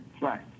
right